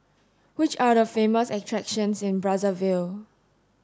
which are the famous attractions in Brazzaville